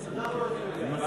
ועדת,